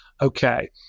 okay